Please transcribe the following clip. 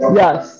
Yes